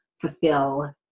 fulfill